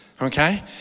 okay